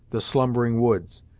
the slumbering woods,